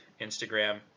Instagram